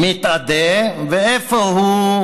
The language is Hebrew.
מתאדה, מי שמך?